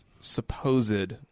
supposed